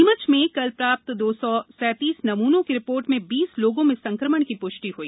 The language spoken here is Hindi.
नीमच में कल प्राप्त दो सौ सैतीस नमूनों की रिपोर्ट में बीस लोगों में संकमण की पुष्टि हुई